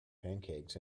pancakes